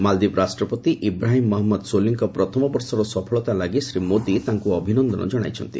ମାଲଦୀପ ରାଷ୍ଟ୍ରପତି ଇବ୍ରାହିମ୍ ମହମ୍ମଦ ସୋଲିଙ୍କ ପ୍ରଥମ ବର୍ଷର ସଫଳତା ଲାଗି ଶ୍ରୀ ମୋଦୀ ତାଙ୍କୁ ଅଭିନନ୍ଦନ କଣାଇଛନ୍ତି